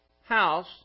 house